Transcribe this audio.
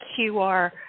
QR